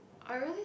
I really